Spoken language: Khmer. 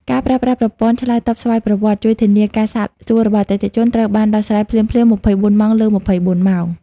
ការប្រើប្រាស់ ប្រព័ន្ធឆ្លើយតបស្វ័យប្រវត្តិ ជួយធានាថាការសាកសួររបស់អតិថិជនត្រូវបានដោះស្រាយភ្លាមៗ ២៤ ម៉ោងលើ ២៤ ម៉ោង។